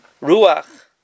Ruach